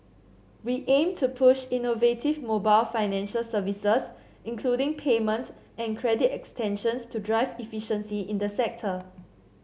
we aim to push innovative mobile financial services including payment and credit extensions to drive efficiency in the sector